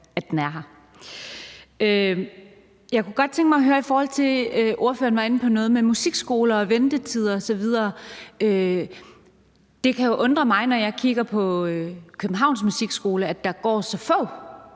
at den er her. Jeg kunne godt tænke mig at høre noget, i forhold til at ordføreren var inde på musikskoler og ventetider osv. Det kan jo undre mig, når jeg kigger på Københavns Musikskole, at der går så få,